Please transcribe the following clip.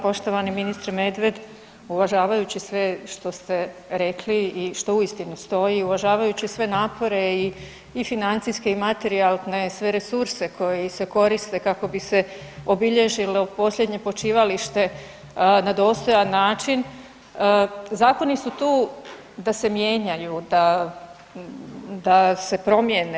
Poštovani ministre Medved, uvažavajući sve što ste rekli i što uistinu stoji, uvažavajući sve napore i financijske i materijalne, sve resurse koji se koriste kako bi se obilježilo posljednje počivalište na dostojan način zakoni su tu da se mijenjaju, da se promijene.